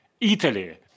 Italy